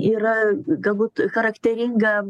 yra galbūt charakteringa